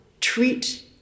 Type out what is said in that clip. treat